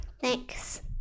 thanks